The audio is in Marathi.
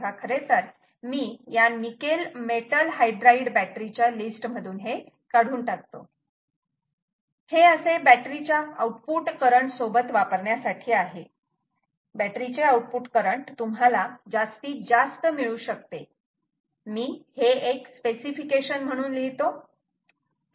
तेव्हा खरेतर मी या निकेल मेटल हायड्राइड बॅटरी च्या लिस्ट मधून हे काढून टाकतो हे असे बॅटरीच्या आउटपुट करंट सोबत वापरण्यासाठी आहे बॅटरी चे आउटपुट करंट तुम्हाला जास्तीत जास्त मिळू शकते मी हे एक स्पेसिफिकेशन म्हणून लिहितो